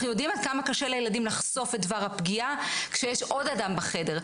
אנחנו יודעים עד כמה קשה לילדים לחשוף את דבר הפגיעה כשיש עוד אדם בחדר,